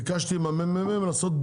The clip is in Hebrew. אני שואל אותך,